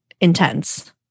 intense